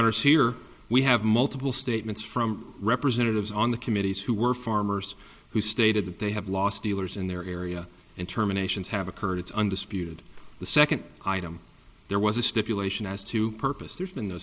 honor so here we have multiple statements from representatives on the committees who were farmers who stated that they have lost dealers in their area and terminations have occurred it's undisputed the second item there was a stipulation as to purpose there's been